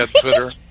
Twitter